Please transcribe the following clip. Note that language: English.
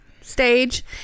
stage